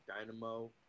Dynamo